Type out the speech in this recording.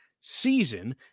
season